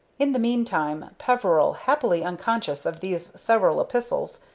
in the mean time, peveril, happily unconscious of these several epistles,